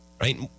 Right